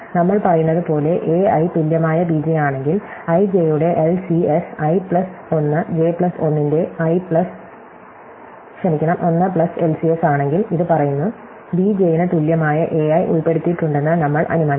നമ്മൾ പറയുന്നതുപോലെ a i തുല്യമായ b j ആണെങ്കിൽ i j യുടെ LCS i plus 1 j plus 1 ന്റെ 1 പ്ലസ് LCS ആണെങ്കിൽ ഇത് പറയുന്നു b j ന് തുല്യമായ a i ഉൾപ്പെടുത്തിയിട്ടുണ്ടെന്ന് നമ്മൾ അനുമാനിക്കും